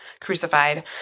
crucified